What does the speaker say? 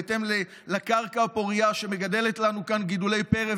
בהתאם לקרקע הפורייה שמגדלת לנו כאן גידולי פרא.